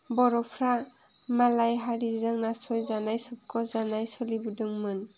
बर'फोरा मालाय हारिजों नासय जानाय सोबख' जानाय सोलिबोदोंमोन